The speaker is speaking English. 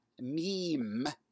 meme